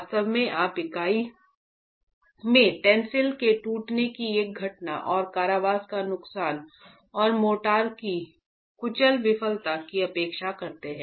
वास्तव में आप इकाई में टेंसिल के टूटने की एक घटना और कारावास का नुकसान और मोर्टार की कुचल विफलता की अपेक्षा करते हैं